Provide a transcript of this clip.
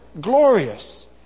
glorious